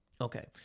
Okay